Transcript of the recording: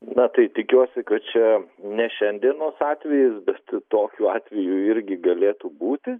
na tai tikiuosi kad čia ne šiandienos atvejis bet tokių atvejų irgi galėtų būti